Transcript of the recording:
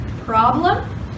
problem